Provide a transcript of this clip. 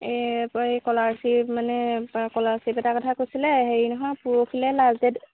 এই এই কলাৰশ্বিপ মানে কলাৰশ্বিপ এটাৰ কথা কৈছিলে হেৰি নহয় পৰহিলৈ লাষ্ট ডেট